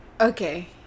Okay